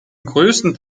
größten